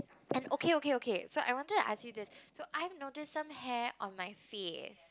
and okay okay okay so I wanted to ask you this so I've noticed some hair on my face